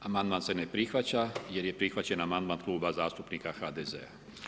Amandman se ne prihvaća jer je prihvaćen amandman Kluba zastupnika HDZ-a.